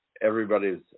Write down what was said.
everybody's